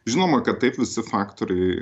žinoma kad taip visi faktoriai